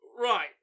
Right